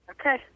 okay